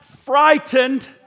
frightened